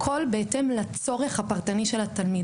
הכול בהתאם לצורך הפרטני של התלמיד.